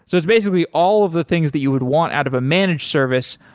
so it's basically all of the things that you would want out of a managed service,